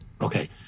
Okay